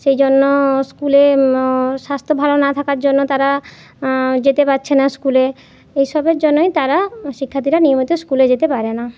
সেই জন্য স্কুলে স্বাস্থ্য ভালো না থাকার জন্য তারা যেতে পাচ্ছে না স্কুলে এইসবের জন্যই তারা শিক্ষার্থীরা নিয়মিত স্কুলে যেতে পারে না